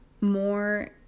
more